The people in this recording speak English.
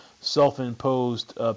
self-imposed